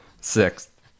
sixth